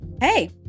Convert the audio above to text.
hey